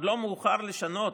עוד לא מאוחר לשנות,